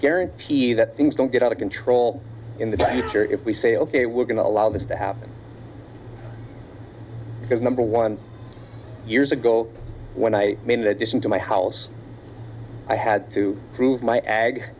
guarantee that things don't get out of control in the future if we say ok we're going to allow this to happen because number one years ago when i made the decision to my house i had to prove my ag